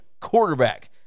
quarterback